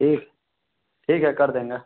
ठीक ठीक है कर देंगे